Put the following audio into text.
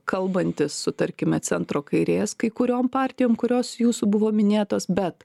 kalbantis su tarkime centro kairės kai kuriom partijom kurios jūsų buvo minėtos bet